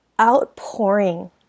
outpouring